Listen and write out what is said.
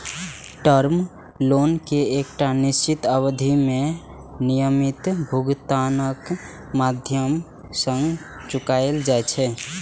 term loan कें एकटा निश्चित अवधि मे नियमित भुगतानक माध्यम सं चुकाएल जाइ छै